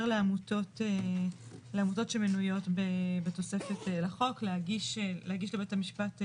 לעמותות שמנויות בתוספת לחוק להגיש לבית המשפט תובנה,